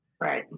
Right